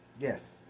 yes